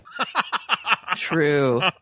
True